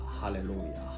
Hallelujah